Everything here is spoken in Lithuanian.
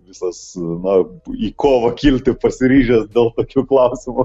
visas na į kovą kilti pasiryžęs dėl tokių klausimų